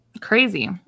Crazy